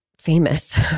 famous